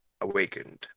Awakened